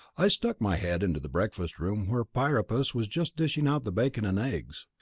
i stuck my head into the breakfast-room where priapus was just dishing out the bacon and eggs.